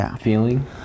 feeling